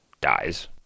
dies